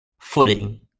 footing